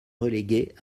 relégué